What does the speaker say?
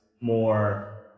more